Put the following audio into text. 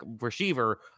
receiver